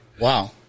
Wow